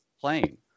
playing